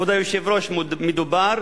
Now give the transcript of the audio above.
כבוד היושב-ראש, מדובר